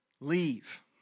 Leave